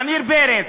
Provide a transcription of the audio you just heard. על עמיר פרץ,